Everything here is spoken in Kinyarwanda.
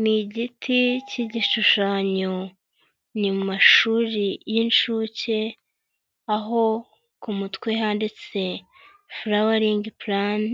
Ni igiti cy' igishushanyo, ni mu mashuri y'inshuke aho ku mutwe handitse fulawaringi plani,